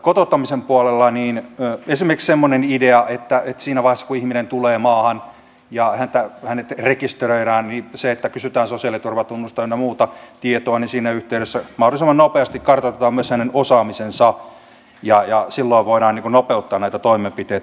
kotouttamisen puolella on esimerkiksi semmoinen idea että siinä vaiheessa kun ihminen tulee maahan ja hänet rekisteröidään kysytään sosiaaliturvatunnusta ynnä muuta tietoa mahdollisimman nopeasti kartoitetaan myös hänen osaamisensa ja silloin voidaan nopeuttaa näitä toimenpiteitä